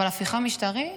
אבל הפיכה משטרית,